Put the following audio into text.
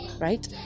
right